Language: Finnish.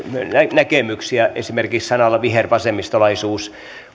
näkemyksiä esimerkiksi sanalla vihervasemmistolaisuus